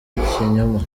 ikinyoma